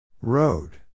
Road